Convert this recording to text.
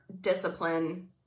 discipline